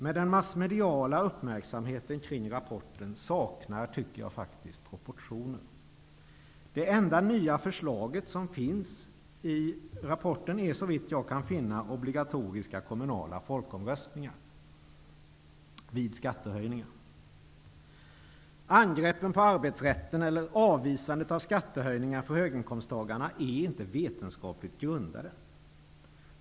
Men den massmediala uppmärksamheten kring rapporten saknar faktiskt proportioner. Det enda nya förslaget i rapporten är såvitt jag kan finna ett förslag om obligatoriska kommunala folkomröstningar vid skattehöjningar. Angreppen på arbetsrätten eller avvisandet av skattehöjningar för höginkomsttagare är inte vetenskapligt grundade.